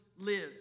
lives